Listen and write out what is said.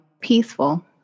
peaceful